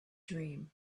dream